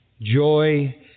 joy